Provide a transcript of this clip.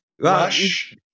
Rush